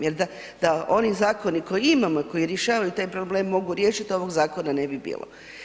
Jer da oni zakoni koje imamo i koji rješavaju taj problem mogu riješiti ovog zakona ne bi bilo.